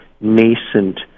nascent